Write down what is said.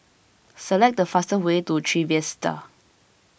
select the fastest way to Trevista